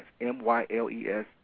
M-Y-L-E-S